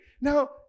Now